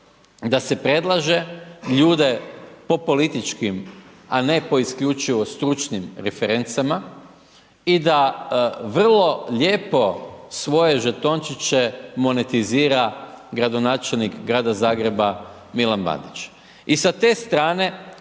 da se predlaže ljude po političkim, a ne isključivo stručnim referencama i da vrlo lijepo svoje žetončiće monetizira gradonačelnik Grada Zagreba Milan Bandić. I sa te strane